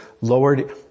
lowered